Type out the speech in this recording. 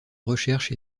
recherche